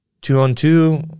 two-on-two